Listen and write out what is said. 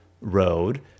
road